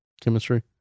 Chemistry